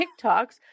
TikToks